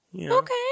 okay